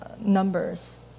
numbers